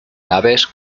naves